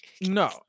no